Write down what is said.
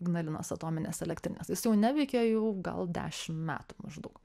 ignalinos atominės elektrinės jis jau neveikė jau gal dešim metų maždaug